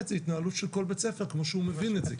זו התנהלות של כל בית ספר כפי שהוא מבין את זה,